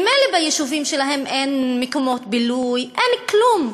ממילא ביישובים שלהן אין מקומות בילוי, אין כלום.